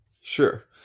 sure